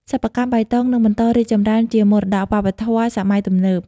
សិប្បកម្មបៃតងនឹងបន្តរីកចម្រើនជាមរតកវប្បធម៌សម័យទំនើប។